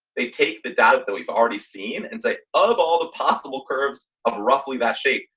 they take the data that we've already seen and say of all the possible curves of roughly that shape,